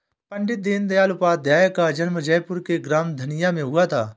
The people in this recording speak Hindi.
पण्डित दीनदयाल उपाध्याय का जन्म जयपुर के ग्राम धनिया में हुआ था